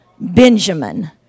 Benjamin